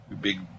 big